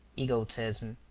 egotism,